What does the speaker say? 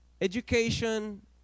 education